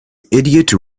idiot